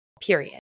period